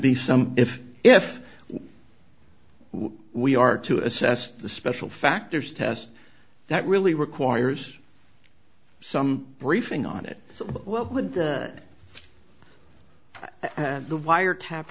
be some if if we are to assess the special factors test that really requires some briefing on it so what would the wiretap